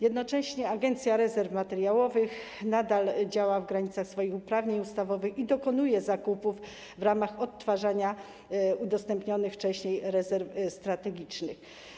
Jednocześnie Agencja Rezerw Materiałowych nadal działa w granicach swoich uprawnień ustawowych i dokonuje zakupów w ramach odtwarzania udostępnionych wcześniej rezerw strategicznych.